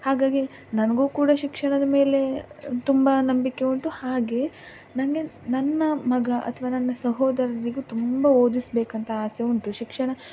ಹಾಗಾಗಿ ನನಗೂ ಕೂಡ ಶಿಕ್ಷಣದ ಮೇಲೆ ತುಂಬ ನಂಬಿಕೆ ಉಂಟು ಹಾಗೆ ನನಗೆ ನನ್ನ ಮಗ ಅಥ್ವಾ ನನ್ನ ಸಹೋದರರಿಗೂ ತುಂಬ ಓದಿಸಬೇಕಂತ ಆಸೆ ಉಂಟು ಶಿಕ್ಷಣ